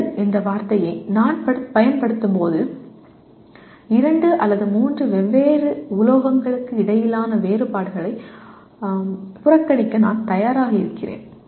metal என்ற வார்த்தையை நான் பயன்படுத்தும்போது இரண்டு அல்லது மூன்று வெவ்வேறு உலோகங்களுக்கு இடையிலான வேறுபாடுகளை புறக்கணிக்க நான் தயாராக இருக்கிறேன்